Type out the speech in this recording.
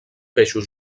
peixos